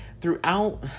throughout